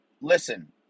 Listen